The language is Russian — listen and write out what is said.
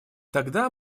тогда